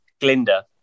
Glinda